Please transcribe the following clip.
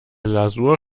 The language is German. lasur